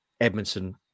Edmondson